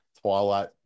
twilight